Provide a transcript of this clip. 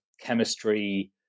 chemistry